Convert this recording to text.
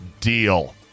deal